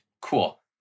Cool